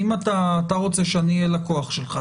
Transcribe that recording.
אתה רוצה שאני אהיה לקוח שלך,